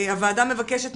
בבדיקה.